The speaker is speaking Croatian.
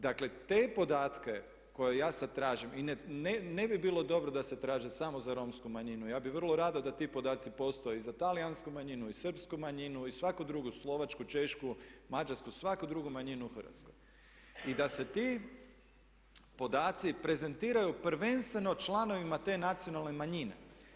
Dakle te podatke koje ja sada tražim i ne bi bilo dobro da se traže samo za romsku manjinu, ja bih vrlo rado da ti podaci postoje i za talijansku manjinu i srpsku manjinu i svaku drugi, slovačku, češku, mađarsku, svaku drugu manjinu u Hrvatskoj i da se ti podaci prezentiraju prvenstveno članovima te nacionalne manjine.